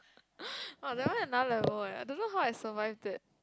!wow! that one another level leh I don't know how I survive that